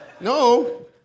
no